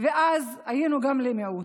ואז היינו גם למיעוט,